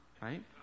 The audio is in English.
right